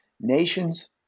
nations